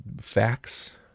facts